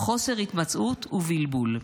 חוסר התמצאות ובלבול,